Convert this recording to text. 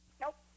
Nope